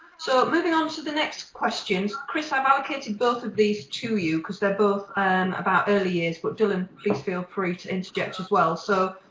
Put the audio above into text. so moving onto the next questions, chris i've allocated both of these to you because they're both about earlier years, but dylan please feel free to interject as well. so,